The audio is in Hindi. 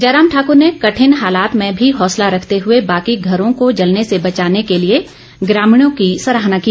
जयराम ठाकर ने कठिन हालात में भी हौंसला रखते हए बाकी घरों को जलने से बचाने के लिए ग्रामीणों की सराहना की